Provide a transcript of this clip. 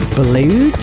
blue